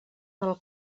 del